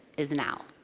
is now.